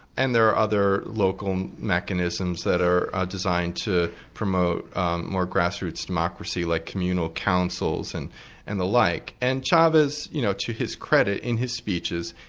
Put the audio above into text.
and there are other local mechanisms that are designed to promote more grassroots democracy, like communal councils and and the like. and chavez, you know to his credit, in his speeches,